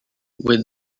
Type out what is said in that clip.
with